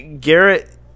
Garrett